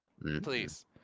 Please